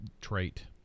trait